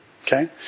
Okay